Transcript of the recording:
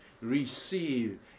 receive